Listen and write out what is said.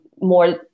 more